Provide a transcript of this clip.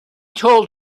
told